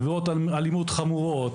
על עבירות אלימות חמורות,